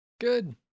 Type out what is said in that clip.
Good